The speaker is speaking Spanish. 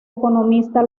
economista